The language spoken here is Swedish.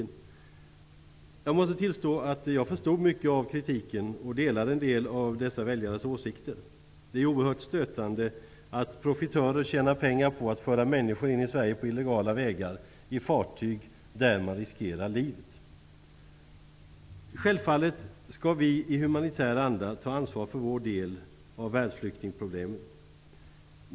Jag måste tillstå att jag förstod mycket av kritiken, och jag delade en del av dessa väljares åsikter. Det är oerhört stötande att profitörer tjänar pengar på att föra människor in i Sverige på illegala vägar i fartyg där man riskerar livet. Självfallet skall vi i humanitär anda ta ansvar för vår del av världsflyktingproblemet.